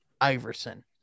Iverson